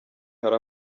hari